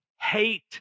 hate